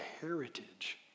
heritage